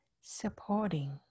supporting